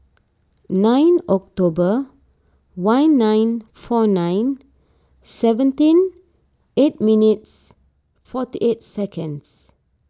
nine October one nine four nine seventeen eight minutes forty eight seconds